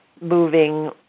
moving